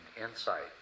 insight